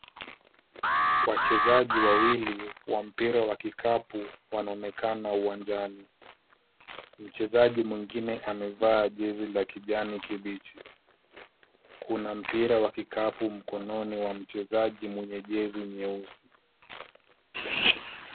Wachezaji wawili wa mpira wa kikapu wanaonekana uwanjani.. Mchezaji mwingine amevaa jezi la kijani kibichi. Kuna mpira wa kikapu mkononi wa mchezaji mwenye jezi nyeusi.